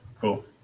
Cool